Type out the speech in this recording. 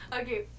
Okay